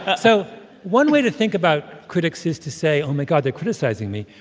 so one way to think about critics is to say, oh, my god, they're criticizing me.